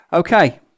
Okay